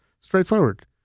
straightforward